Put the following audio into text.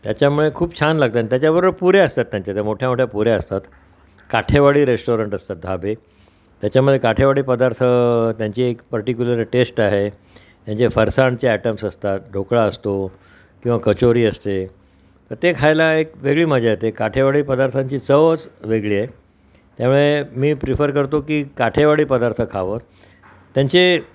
त्याच्यामुळे खूप छान लागतात त्याच्याबरोबर पुऱ्या असतात त्यांच्या त्या मोठ्या मोठ्या पुऱ्या असतात काठेवाडी रेस्टॉरंट असतात धाबे त्याच्यामध्ये काठेवाडी पदार्थ त्यांची एक पर्टिक्युलर टेस्ट आहे त्यांचे फरसाणचे आयटम्स असतात ढोकळा असतो किंवा कचोरी असते तर ते खायला एक वेगळी आहे मजा येते काठेवाडी पदार्थांची चवच वेगळी त्यामुळे मी प्रिफर करतो की काठेवाडी पदार्थ खावं त्यांचे